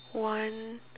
one